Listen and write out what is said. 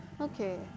okay